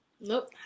Nope